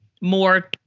more